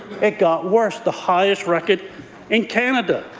it got worse the highest record in canada.